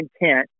intent